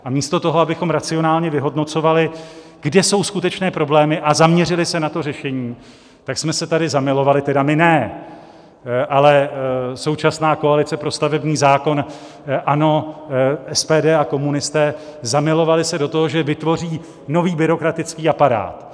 A místo toho, abychom racionálně vyhodnocovali, kde jsou skutečné problémy a zaměřili se na řešení, tak jsme se tady zamilovali, tedy my ne, ale současná koalice pro stavební zákon, ANO, SPD a komunisté, zamilovali se do toho, že vytvoří nový byrokratický aparát.